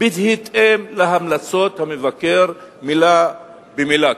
בהתאם להמלצות המבקר, מלה במלה כמעט.